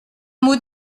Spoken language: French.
mot